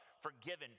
forgiven